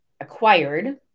acquired